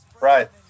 right